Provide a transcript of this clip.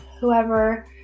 whoever